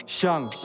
Shang